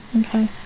Okay